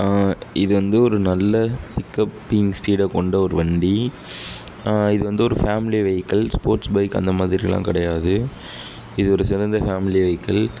இது வந்து ஒரு நல்ல பிக்அப்பிங் ஸ்பீடை கொண்ட ஒரு வண்டி இது வந்து ஒரு ஃபேமிலி வெகிக்கள் ஸ்போர்ட்ஸ் பைக் அந்த மாதிரியெலாம் கிடையாது இது ஒரு சிறந்த ஃபேமிலி வெகிக்கள்